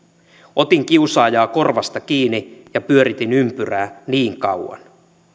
otin kiusaajaa korvasta kiinni ja pyöritin ympyrää niin kauan